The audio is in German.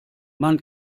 man